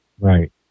Right